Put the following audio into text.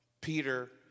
Peter